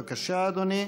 בבקשה, אדוני.